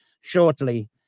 shortly